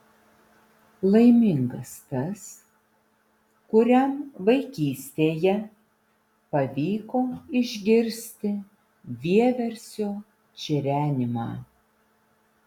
laimingas tas kuriam vaikystėje pavyko išgirsti vieversio čirenimą